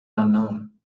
unknown